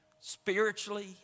spiritually